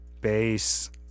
base